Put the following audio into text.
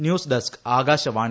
news desk Akashvani